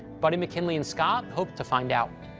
buddy, mckinley, and scott hope to find out.